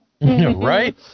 Right